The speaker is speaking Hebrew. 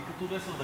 לי כתוב עשר דקות.